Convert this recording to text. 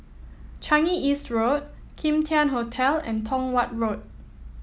Changi East Road Kim Tian Hotel and Tong Watt Road